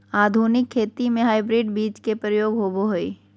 आधुनिक खेती में हाइब्रिड बीज के प्रयोग होबो हइ